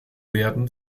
werden